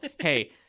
hey